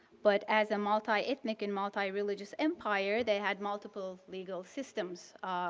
but as a multi-ethnic and multi-religious empire, they had multiple legal systems